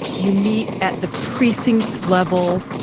you meet at the precinct level.